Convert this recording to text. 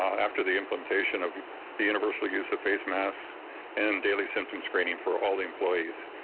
after the implementation of the universal use of face masks and daily symptom screening for all the employees.